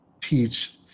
teach